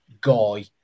guy